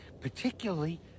particularly